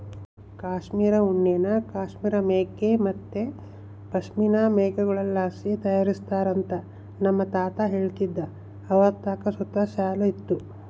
ಕಾಶ್ಮೀರ್ ಉಣ್ಣೆನ ಕಾಶ್ಮೀರ್ ಮೇಕೆ ಮತ್ತೆ ಪಶ್ಮಿನಾ ಮೇಕೆಗುಳ್ಳಾಸಿ ತಯಾರಿಸ್ತಾರಂತ ನನ್ನ ತಾತ ಹೇಳ್ತಿದ್ದ ಅವರತಾಕ ಸುತ ಶಾಲು ಇತ್ತು